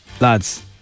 lads